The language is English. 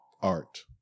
art